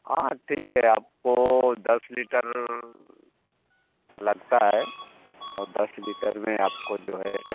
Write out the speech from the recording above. हाँ ठीक है आपको दस लीटर लगता है और दस लीटर में आपको जो है